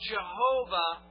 Jehovah